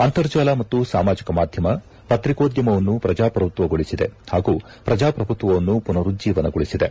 ಅಂತರ್ಜಾಲ ಮತ್ತು ಸಾಮಾಜಿಕ ಮಾಧ್ಯಮ ಪತ್ರಿಕೋದ್ಯಮವನ್ನು ಪ್ರಜಾಪ್ರಭುತ್ವಗೊಳಿಸಿದೆ ಹಾಗೂ ಪ್ರಜಾಪ್ರಭುತ್ವವನ್ನು ಪುನರುಜ್ಜೀವನಗೊಳಿಸಿದೆ